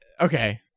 okay